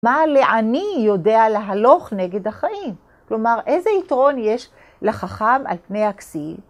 מה לעני יודע להלוך נגד החיים? כלומר, איזה יתרון יש לחכם על פני הכסיל?